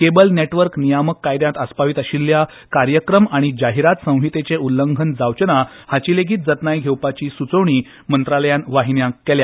cable network नियामक कायद्यात आस्पावित आशिल्ल्या कार्यक्रम आनी जाहिरात संहितेचे उल्लंघन जावचे ना हाची लेगीत जतनाय घेवपाची सूचना मंत्रालयान वाहिन्यांक केल्या